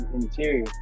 interior